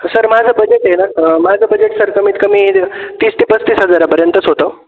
sir माझं budget आहे ना माझं बजेट सर कमीत कमी द तीस ते पस्तीस हजारापर्यंतच होतं